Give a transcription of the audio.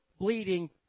bleeding